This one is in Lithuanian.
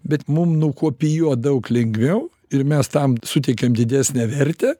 bet mum nukopijuot daug lengviau ir mes tam suteikiam didesnę vertę